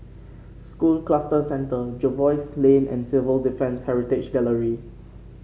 School Cluster Centre Jervois Lane and Civil Defence Heritage Gallery